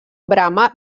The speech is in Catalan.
brama